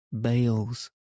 Bales